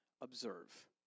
observe